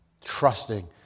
trusting